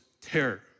terror